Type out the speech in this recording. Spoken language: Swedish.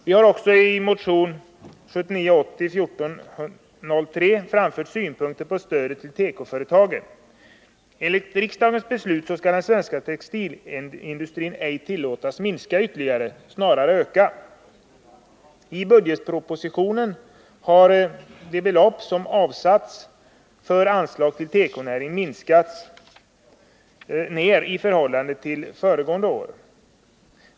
Vi har också i motion 1979/80:1403 framfört synpunkter på stödet till tekoföretagen. Enligt riksdagens beslut skall den svenska textilindustrin inte tillåtas minska ytterligare, utan snarare öka. I budgetpropositionen har de belopp som avsatts för anslag till tekonäringen minskats i förhållande till föregående år.